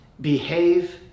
behave